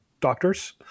doctors